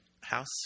house